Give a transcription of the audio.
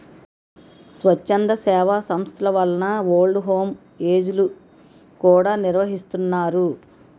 స్వచ్ఛంద సేవా సంస్థల వలన ఓల్డ్ హోమ్ ఏజ్ లు కూడా నిర్వహిస్తున్నారు